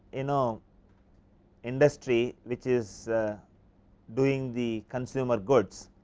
you know industry which is doing the consumer goods,